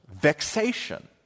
Vexation